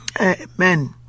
Amen